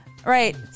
Right